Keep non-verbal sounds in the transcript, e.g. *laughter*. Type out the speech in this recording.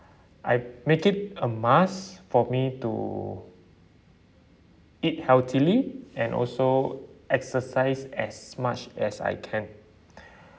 I make it a must for me to eat healthily and also exercise as much as I can *breath*